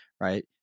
right